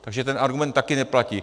Takže ten argument také neplatí.